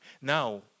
Now